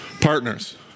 Partners